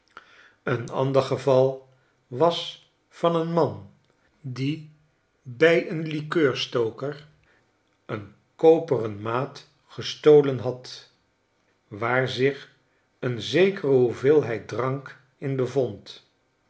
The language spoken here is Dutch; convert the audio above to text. het andere geval was dat van een man die bij een likeurstoker een koperenmaatgestolen had waar zich een zekere hoeveelheid drank in bevond